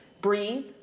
Breathe